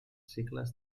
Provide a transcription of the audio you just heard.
cicles